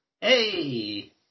Hey